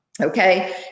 Okay